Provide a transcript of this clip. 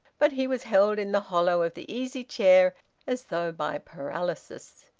but he was held in the hollow of the easy chair as though by paralysis.